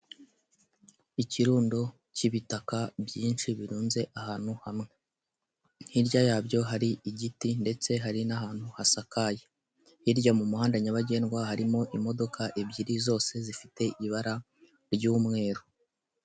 Ikirundo cy'ibitaka byinshi birunze ahantu hamwe, hirya yabyo hari igiti ndetse hari nahantu, hasakaye hirya mu muhanda nyabagendwa harimo imodoka ebyiri zose zifite ibara ry'umweru.